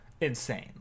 insane